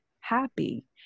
happy